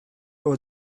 over